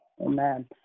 Amen